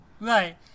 Right